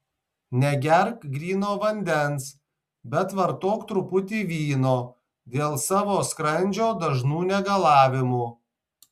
negerk gryno vandens bet vartok truputį vyno dėl savo skrandžio dažnų negalavimų